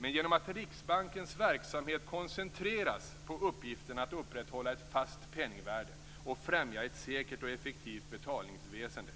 Men genom att Riksbankens verksamhet koncentreras på uppgiften att upprätthålla ett fast penningvärde och främja ett säkert och effektivt betalningsväsende